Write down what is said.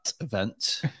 event